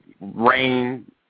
rain